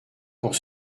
pour